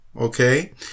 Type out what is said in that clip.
okay